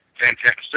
Fantastic